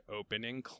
opening